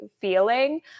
feeling